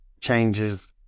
changes